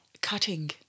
cutting